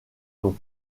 non